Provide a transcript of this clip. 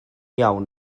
iawn